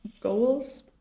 goals